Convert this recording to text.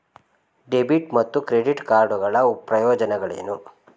Debit ಮತ್ತು credit card ಗಳ ಪ್ರಯೋಜನಗಳೇನು?